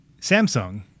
Samsung